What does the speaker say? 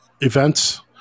events